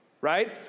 right